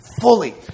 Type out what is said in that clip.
fully